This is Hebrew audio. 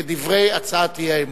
כדברי הצעת האי-אמון.